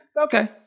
Okay